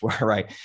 right